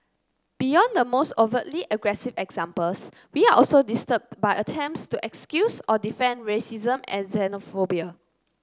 beyond the most overtly aggressive examples we are also disturbed by attempts to excuse or defend racism and xenophobia